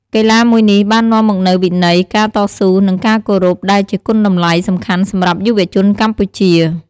កីឡាមួយនេះបាននាំមកនូវវិន័យ ការតស៊ូ និងការគោរព ដែលជាគុណតម្លៃសំខាន់សម្រាប់យុវជនកម្ពុជា។